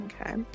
Okay